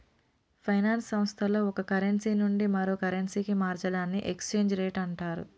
finance సంస్థల్లో ఒక currency నుండి మరో కరెన్సీకి మార్చడాన్ని ఎక్స్చేంజ్ రేట్ అంటరు